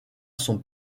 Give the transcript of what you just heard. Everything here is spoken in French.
son